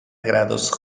grados